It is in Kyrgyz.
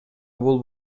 бул